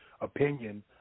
opinion